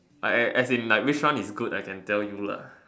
I as in like which one is good I can tell you lah